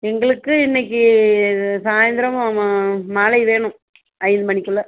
எங்களுக்கு இன்னைக்கி இது சாயந்தரமாம்மா மாலை வேணும் ஐந்து மணிக்குள்ளே